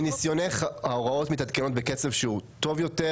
מניסיונך ההוראות מתעדכנות בקצב שהוא טוב יותר?